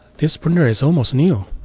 this printer is almost new.